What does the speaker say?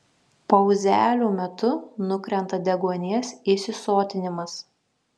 pauzelių metu nukrenta deguonies įsisotinimas